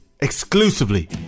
exclusively